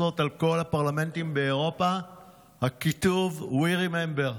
על כל הפרלמנטים באירופה הכיתוב: We Remember.